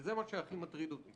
וזה מה שהכי מטריד אותי.